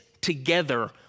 together